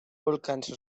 volcans